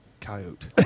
coyote